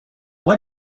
what